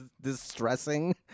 distressing